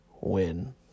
win